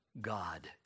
God